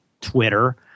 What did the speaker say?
Twitter